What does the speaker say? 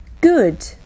good